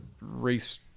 race